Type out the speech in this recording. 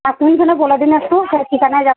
আপনি তাহলে বলে দিন একটু কোন ঠিকানায় যাব